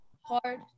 hard